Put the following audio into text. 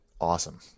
Awesome